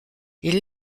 ils